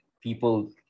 people